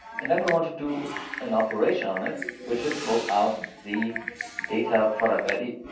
and then we want to do an operation on it, which is pull out the data product id.